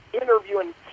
interviewing